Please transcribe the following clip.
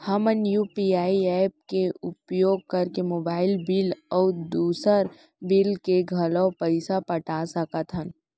हमन UPI app के उपयोग करके मोबाइल बिल अऊ दुसर बिल के घलो पैसा पटा सकत हन